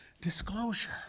disclosure